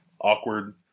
Awkward